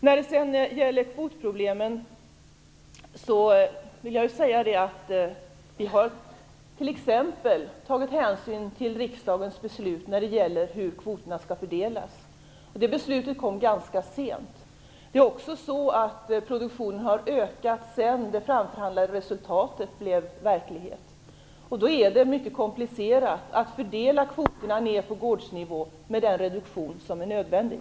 När det sedan gäller kvotproblem har vi t.ex. tagit hänsyn till riksdagens beslut om hur kvoterna skall fördelas. Det beslutet fattades ganska sent. Produktionen har dessutom ökat sedan det framförhandlade resultatet blev verklighet. Då är det mycket komplicerat att fördela kvoterna ner på gårdsnivå med den reduktion som är nödvändig.